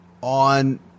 on